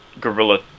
guerrilla